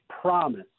promise